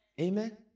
Amen